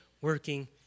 working